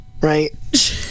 right